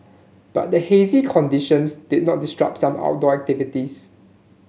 but the hazy conditions did not disrupt some outdoor activities